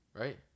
right